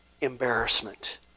embarrassment